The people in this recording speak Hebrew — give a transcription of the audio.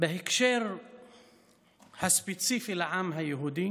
בהקשר הספציפי לעם היהודי